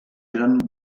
eren